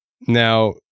Now